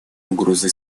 угрозой